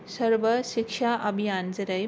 SERB Shiksha Abhiyan जेरै